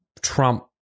trump